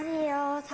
your